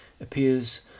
appears